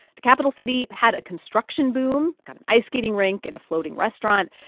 the capital city had a construction boom got an ice skating rink and a floating restaurant.